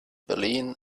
berlin